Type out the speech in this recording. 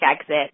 exit